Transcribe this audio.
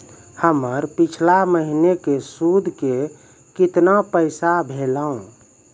हमर पिछला महीने के सुध के केतना पैसा भेलौ?